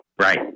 Right